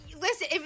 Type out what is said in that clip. listen